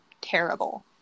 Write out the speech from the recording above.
terrible